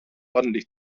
ordentlich